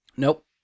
Nope